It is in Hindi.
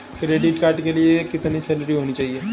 क्रेडिट कार्ड के लिए कितनी सैलरी होनी चाहिए?